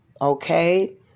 Okay